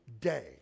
day